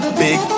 big